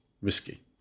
risky